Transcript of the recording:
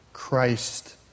Christ